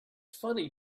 funny